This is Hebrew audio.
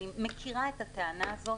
אני מכירה את הטענה הזאת.